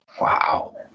Wow